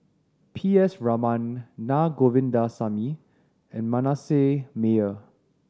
P S Raman Naa Govindasamy and Manasseh Meyer